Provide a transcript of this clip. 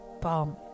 Bomb